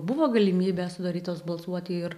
buvo galimybės sudarytos balsuoti ir